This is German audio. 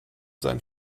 sein